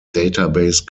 database